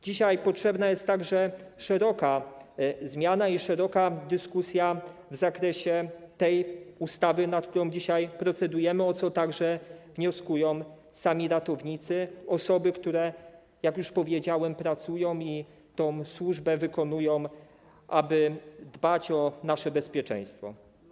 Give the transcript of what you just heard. Dzisiaj potrzebna jest także szeroka zmiana i szeroka dyskusja w zakresie tej ustawy, nad którą dzisiaj procedujemy, o co także wnioskują sami ratownicy, osoby, które, jak już powiedziałem, pracują, wykonują tę służbę, aby dbać o nasze bezpieczeństwo.